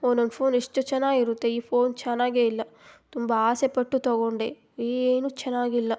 ಒನ್ನೊನ್ phone ಎಷ್ಟು ಚೆನ್ನಾಗಿರುತ್ತೆ ಈ ಫೋನ್ ಚೆನ್ನಾಗೇ ಇಲ್ಲ ತುಂಬ ಆಸೆಪಟ್ಟು ತಗೊಂಡೆ ಏನು ಚೆನ್ನಾಗಿಲ್ಲ